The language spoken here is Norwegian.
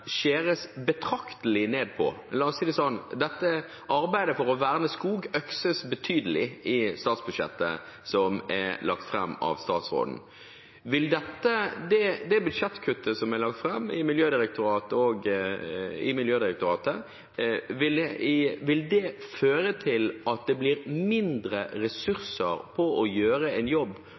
betraktelig ned på. La oss si det sånn: Dette arbeidet for å verne skog økses betydelig i statsbudsjettet som er lagt fram av statsråden. Vil det budsjettkuttet som er lagt fram for Miljødirektoratet, føre til at det blir mindre ressurser til å gjøre en jobb,